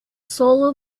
soul